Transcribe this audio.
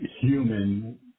human